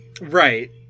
Right